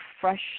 fresh